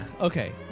Okay